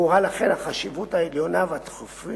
ברורה, לכן, החשיבות העליונה, והדחיפות,